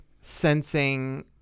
sensing